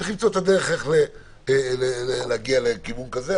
צריך למצוא את הדרך איך להגיע לכיוון כזה.